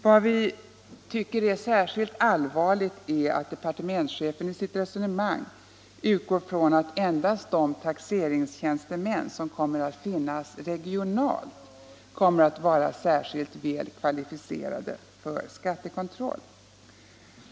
Vad vi finner särskilt allvarligt är att departementschefen i sitt resonemang utgår från att endast de taxeringstjänstemän som kommer att finnas regionalt blir särskilt väl kvalificerade för skattekontroll.